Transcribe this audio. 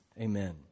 Amen